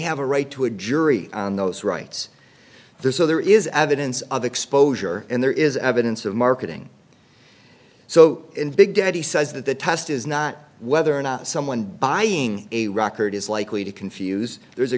have a right to a jury on those rights there's so there is evidence of exposure and there is evidence of marketing so in big daddy says that the test is not whether or not someone buying a record is likely to confuse there's a